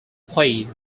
played